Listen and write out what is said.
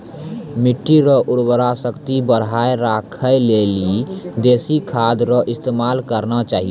मिट्टी रो उर्वरा शक्ति बढ़ाएं राखै लेली देशी खाद रो इस्तेमाल करना चाहियो